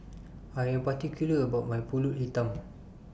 I Am particular about My Pulut Hitam